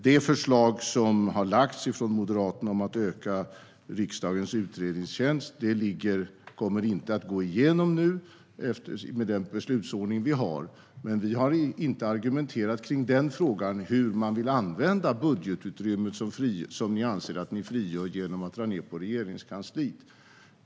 Det förslag som har lagts fram av Moderaterna om att utöka riksdagens utredningstjänst kommer inte att gå igenom nu med den beslutsordning vi har. Men vi har inte argumenterat om frågan hur man vill använda budgetutrymmet som ni anser att ni frigör genom att dra ned på Regeringskansliet.